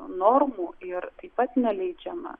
normų ir taip pat neleidžiama